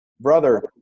brother